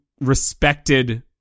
respected